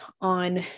on